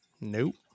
Nope